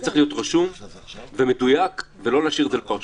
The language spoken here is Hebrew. וצריך להיות רשום ומדויק ולא להשאיר את זה לפרשנות.